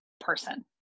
person